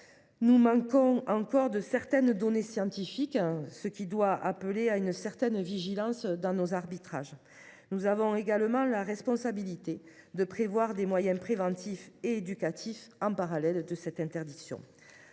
Nous manquons encore de certaines données scientifiques, ce qui doit nous appeler à une certaine vigilance lors de nos arbitrages. Nous avons également la responsabilité de prévoir des moyens préventifs et éducatifs, parallèlement à cette interdiction.